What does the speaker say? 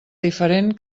diferent